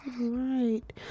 Right